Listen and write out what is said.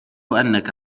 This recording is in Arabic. أنك